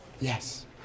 Yes